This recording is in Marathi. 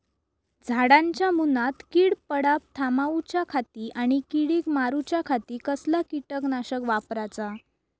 झाडांच्या मूनात कीड पडाप थामाउच्या खाती आणि किडीक मारूच्याखाती कसला किटकनाशक वापराचा?